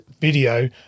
video